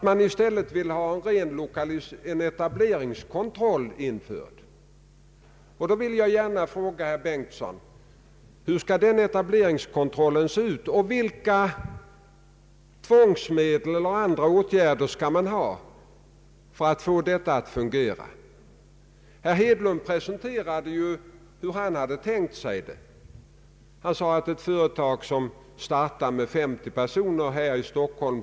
Herr Gustafsson frågade inledningsvis i dag, liksom senare herr Bengtson, efter en målsättning, innebärande en garanti för att befolkningen i olika landsdelar skall uppgå till en viss storlek.